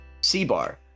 C-Bar